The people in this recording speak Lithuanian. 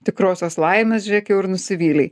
tikrosios laimės žiūrėk jau ir nusivylei